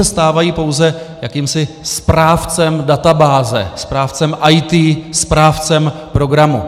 Stávají se pouze jakýmsi správcem databáze, správcem IT, správcem programu.